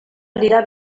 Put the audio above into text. anirà